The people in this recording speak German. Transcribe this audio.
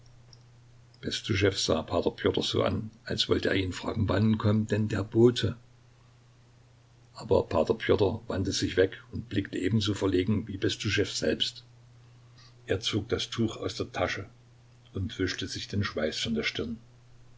bestuschew sah p pjotr so an als wollte er ihn fragen wann kommt denn der bote aber p pjotr wandte sich weg und blickte ebenso verlegen wie bestuschew selbst er zog das tuch aus der tasche und wischte sich den schweiß von der stirn